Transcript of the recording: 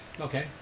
Okay